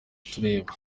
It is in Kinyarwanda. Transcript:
tureba